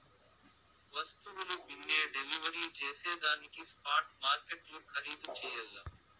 వస్తువుల బిన్నే డెలివరీ జేసేదానికి స్పాట్ మార్కెట్లు ఖరీధు చెయ్యల్ల